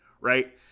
right